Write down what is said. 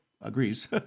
agrees